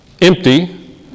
empty